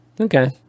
Okay